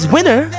Winner